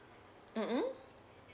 mmhmm